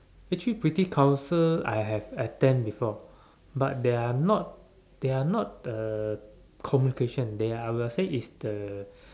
actually British council I have attend before but they are not they are not uh communication they are I will say it's the